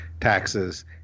taxes